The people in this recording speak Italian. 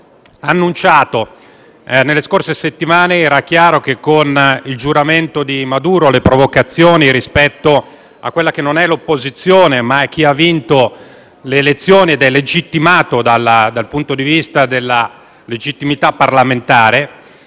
purtroppo annunciato nelle scorse settimane. Era chiaro che con il giuramento di Maduro le provocazioni rispetto a quella che non è l'opposizione, ma che ha vinto le elezioni ed è legittimata dal punto di vista parlamentare,